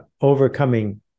overcoming